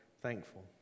thankful